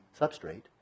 substrate